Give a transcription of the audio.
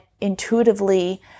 intuitively